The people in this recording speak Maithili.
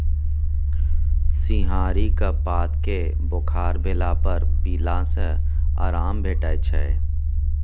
सिंहारिक पात केँ बोखार भेला पर पीला सँ आराम भेटै छै